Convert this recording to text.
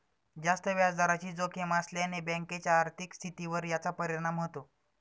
जास्त व्याजदराची जोखीम असल्याने बँकेच्या आर्थिक स्थितीवर याचा परिणाम होतो